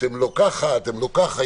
לא ככה ולא ככה.